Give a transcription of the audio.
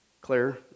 Claire